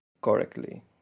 correctly